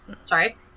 Sorry